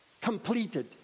completed